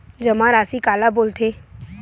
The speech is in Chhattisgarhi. जमा राशि काला बोलथे?